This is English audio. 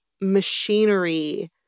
machinery